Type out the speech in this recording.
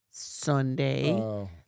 Sunday